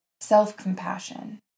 self-compassion